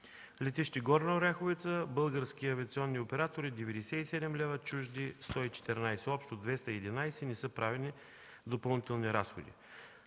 Летище Горна Оряховица: български авиационни оператори – 97 лв.; чужди – 114 лв.; общо 211 лв.; не са правени допълнителни разходи.